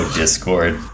discord